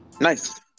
Nice